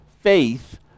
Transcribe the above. Faith